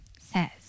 says